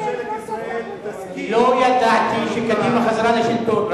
לא ידעתי שקדימה חזרה לשלטון.